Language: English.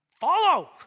Follow